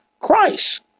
Christ